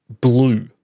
blue